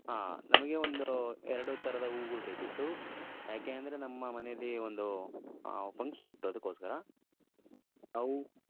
ಹಾಂ ನಮಗೆ ಒಂದು ಎರಡು ಥರದ ಹೂಗಳು ಬೇಕಿತ್ತು ಯಾಕೆ ಅಂದರೆ ನಮ್ಮ ಮನೆಯಲ್ಲಿ ಒಂದು ಫಂಕ್ಷನ್ ಇತ್ತು ಅದಕ್ಕೋಸ್ಕರ ಹೂ